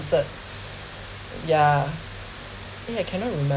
yeah eh I cannot remember